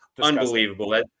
unbelievable